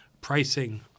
pricing